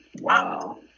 Wow